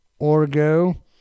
Orgo